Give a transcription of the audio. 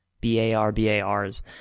B-A-R-B-A-Rs